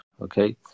Okay